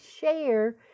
share